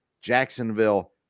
Jacksonville